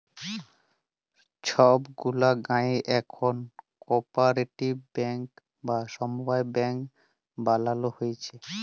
ছব গুলা গায়েঁ এখল কপারেটিভ ব্যাংক বা সমবায় ব্যাংক বালালো হ্যয়েছে